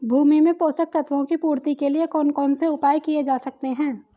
भूमि में पोषक तत्वों की पूर्ति के लिए कौन कौन से उपाय किए जा सकते हैं?